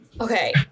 okay